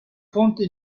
fonte